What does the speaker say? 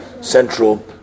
central